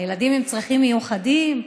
הילדים עם צריכים מיוחדים,